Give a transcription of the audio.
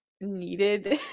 needed